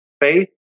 Faith